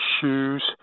shoes